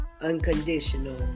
unconditional